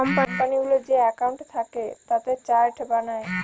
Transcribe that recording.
কোম্পানিগুলোর যে একাউন্ট থাকে তাতে চার্ট বানায়